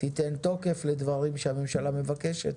תיתן תוקף לדברים שהממשלה מבקשת,